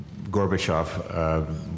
Gorbachev